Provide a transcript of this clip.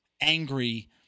angry